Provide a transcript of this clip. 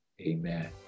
Amen